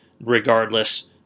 Regardless